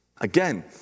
Again